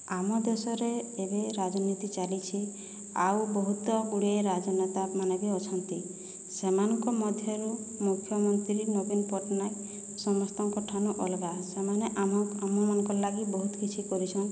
ଆମ ଦେଶରେ ଏବେ ରାଜନୀତି ଚାଲିଛି ଆଉ ବହୁତ ଗୁଡ଼ିଏ ରାଜନେତାମାନେ ବି ଅଛନ୍ତି ସେମାନଙ୍କ ମଧ୍ୟରୁ ମୁଖ୍ୟମନ୍ତ୍ରୀ ନବୀନ ପଟ୍ଟନାୟକ ସମସ୍ତଙ୍କ ଠାନୁ ଅଲଗା ସେମାନେ ଆମ ଆମମାନଙ୍କର୍ ଲାଗି ବହୁତ୍ କିଛି କରିଛନ୍